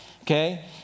Okay